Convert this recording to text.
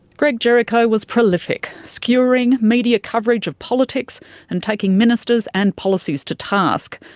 greg jericho was prolific, skewering media coverage of politics and taking ministers and policies to task.